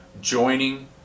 joining